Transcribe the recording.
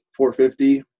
450